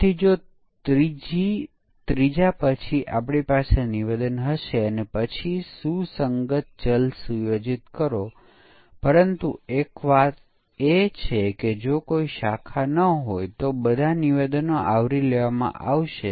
અને પછી આપણે ખરેખર આ 2128 મૂલ્ય ફક્ત જિજ્ઞાસા વશ ચકાસીએ અને જોઇયે કે તપાસમાં કેટલો સમય લેશે